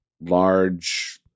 large